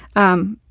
um,